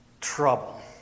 trouble